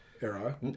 era